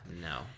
no